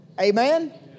Amen